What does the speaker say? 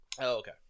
okay